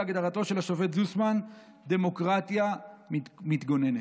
הגדרתו של השופט זוסמן: דמוקרטיה מתגוננת.